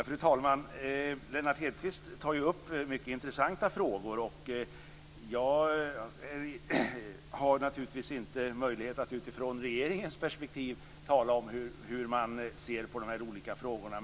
Fru talman! Lennart Hedquist tar upp mycket intressanta frågor. Jag har naturligtvis inte möjlighet att utifrån regeringens perspektiv tala om hur man ser på de olika frågorna.